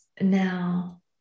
now